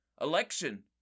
election